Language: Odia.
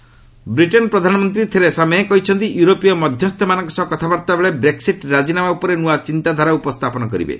ୟୁକେ ବ୍ରେକସିଟ୍ ବ୍ରିଟେନ ପ୍ରଧାନମନ୍ତ୍ରୀ ଥେରେସା ମେ କହିଛନ୍ତି ୟୁରୋପୀୟ ମଧ୍ୟସ୍ଥମାନଙ୍କ ସହ କଥାବାର୍ଭାବେଳେ ବ୍ରେକସିଟ୍ ରାଜିନାମା ଉପରେ ନୂଆ ଚିନ୍ତାଧାରା ଉପସ୍ଥାପନ କରିବେ